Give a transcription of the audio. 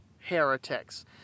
heretics